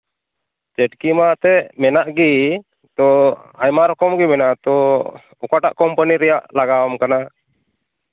ᱪᱟᱹᱴᱠᱤ ᱢᱟ ᱮᱱᱛᱮᱜ ᱢᱮᱱᱟᱜ ᱜᱮ ᱛᱳ ᱟᱭᱢᱟ ᱨᱚᱠᱚᱢ ᱜᱮ ᱢᱮᱱᱟᱜᱼᱟ ᱛᱳ ᱚᱠᱟᱴᱟᱜ ᱠᱳᱢᱯᱟᱱᱤ ᱨᱮᱭᱟᱜ ᱞᱟᱜᱟᱣ ᱟᱢ ᱠᱟᱱᱟ